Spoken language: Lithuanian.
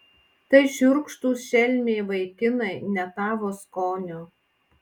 tai šiurkštūs šelmiai vaikinai ne tavo skonio